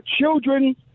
children